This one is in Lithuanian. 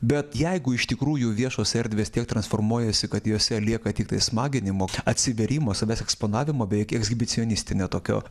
bet jeigu iš tikrųjų viešos erdvės tiek transformuojasi kad jose lieka tiktai smaginimo atsivėrimo savęs eksponavimo bei ekshibicionistinio tokio